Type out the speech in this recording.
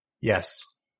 Yes